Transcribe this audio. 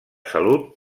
salut